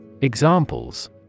Examples